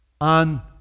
on